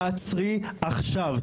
תעצרי עכשיו,